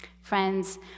Friends